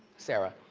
sarah.